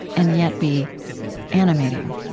and yet, be animating